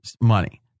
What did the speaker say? money